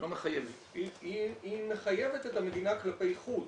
היא מחייבת את המדינה כלפי חוץ,